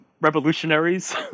revolutionaries